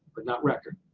but not record.